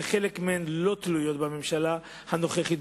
שחלק מהן לא תלויות בממשלה הנוכחית,